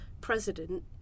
president